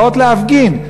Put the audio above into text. באות להפגין.